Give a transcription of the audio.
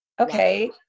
okay